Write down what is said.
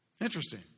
Interesting